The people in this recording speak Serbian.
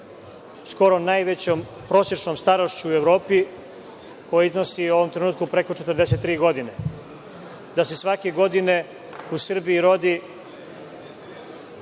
skoro najvećom prosečnom starošću u Evropi, koja iznosi u ovom trenutku preko 43 godine, da se svake godine u Srbiji rodi